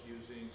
using